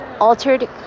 Altered